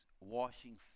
washing